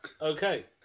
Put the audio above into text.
Okay